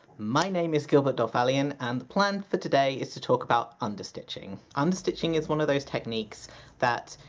my name is gilbert dolthalion, and the plan for today is to talk about understitching. understitching is one of those techniques that,